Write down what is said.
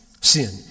sin